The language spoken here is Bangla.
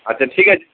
আচ্ছা ঠিক আছে